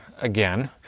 again